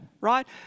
right